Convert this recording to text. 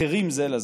אחרים זה לזה.